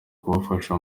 kubafasha